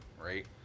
right